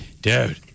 dude